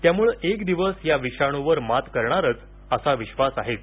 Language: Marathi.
त्यामुळे एक दिवस या विषाणूवर मात करणारच असा विबास आहेच